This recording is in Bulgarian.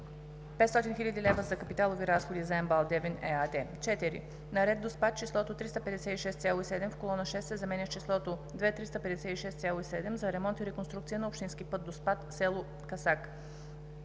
500 хил. лв. за капиталови разходи за МБАЛ „Девин“ ЕАД. 4. На ред Доспат числото „356,7“ в колона 6 се заменя с числото „2 356,7“ – за ремонт и реконструкция на общински път Доспат – село Късак.